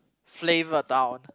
flavourtown